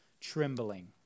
trembling